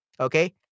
Okay